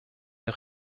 der